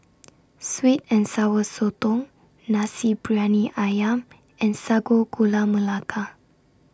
Sweet and Sour Sotong Nasi Briyani Ayam and Sago Gula Melaka